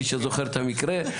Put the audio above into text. מי שזוכר את המקרה,